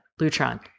Lutron